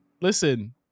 Listen